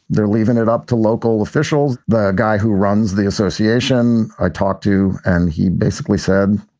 they're leaving it up to local officials. the guy who runs the association i talked to and he basically said